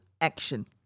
action